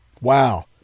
Wow